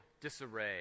disarray